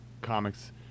comics